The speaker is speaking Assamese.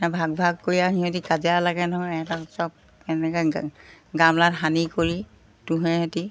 ভাগ ভাগ কৰি আৰু সিহঁতি কাজিয়া লাগে নহয় ইহঁতক চব এনেকৈ গামলাত সানি কৰি তুঁহে সৈতে